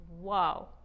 wow